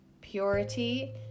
Purity